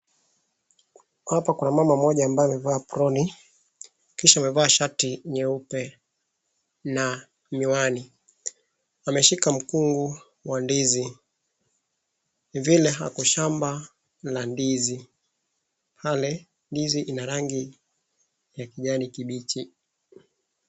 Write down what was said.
Hapa kuna mama mmoja ambaye amevaa aproni, kisha amevaa shati nyeupe na miwani. Ameshika mkungu wa ndizi, ni vile ako shamba la ndizi. Pale, ndizi ina rangi ya kijani kibichi.